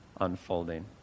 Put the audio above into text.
unfolding